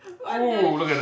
what the shit